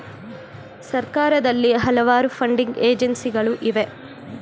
ಸರ್ಕಾರದಲ್ಲಿ ಹಲವಾರು ಫಂಡಿಂಗ್ ಏಜೆನ್ಸಿಗಳು ಇವೆ